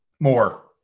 more